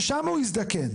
ששם הוא יזדקן.